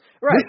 Right